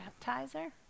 baptizer